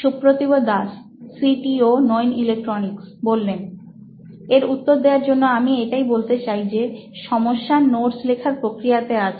Supratibh Das C T O নোইন electronics এর উত্তর দেয়ার জন্য আমি এটাই বলতে চাই যে সমস্যা নোটস লেখার প্রক্রিয়াতে আছে